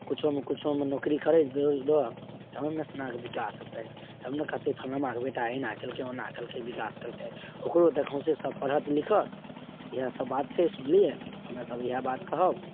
कुछोमे कुछोमे नौकरी करैत रहऽ तब ने मेसनाके विकास हेतइ तब ने कहतइ फलनबाके बेटा एना कयलकै ओना कयलकै विकास कयलकै ओकरो देखौंसेमे सब पढ़त लिखत इएह सब बात छै सुनलियै हम्मे सब इएह बात कहब